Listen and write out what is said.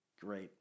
great